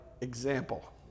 example